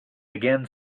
again